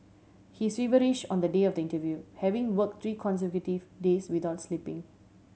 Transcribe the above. he is feverish on the day of the interview having work three consecutive days without sleeping